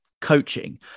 coaching